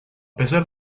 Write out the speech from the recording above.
pesar